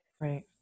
Right